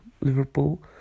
Liverpool